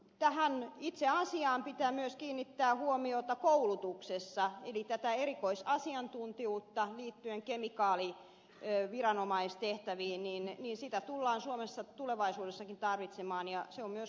tähän itse asiaan pitää myös kiinnittää huomiota koulutuksessa eli tätä erikoisasiantuntijuutta liittyen kemikaali ee viranomaistehtäviin niin niin kemikaaliviranomaistehtäviin tullaan suomessa tulevaisuudessakin tarvitsemaan ja se on myös koulutuskysymys